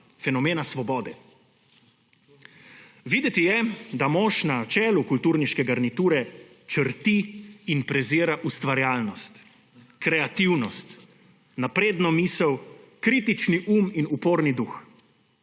fenomena svobode. Videti je, da mož na čelu kulturniške garniture črti in prezira ustvarjalnost, kreativnost, napredno misel, kritični um in uporni duh.